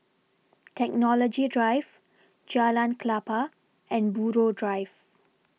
Technology Drive Jalan Klapa and Buroh Drive